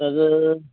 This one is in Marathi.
तर